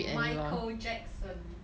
Michael Jackson